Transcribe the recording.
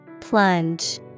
Plunge